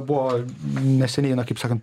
buvo neseniai kaip sakant